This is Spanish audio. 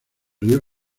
río